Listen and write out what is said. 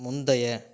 முந்தைய